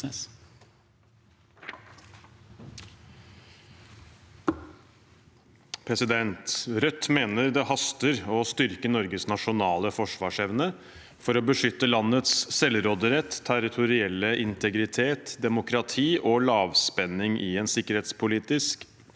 Rødt mener det haster å styrke Norges nasjonale forsvarsevne for å beskytte landets selvråderett og territorielle integritet og bevare demokrati og lavspenning i en sikkerhetspolitisk